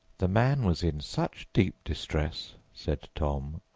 the man was in such deep distress, said tom,